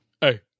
hey